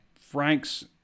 Franks